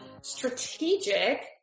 strategic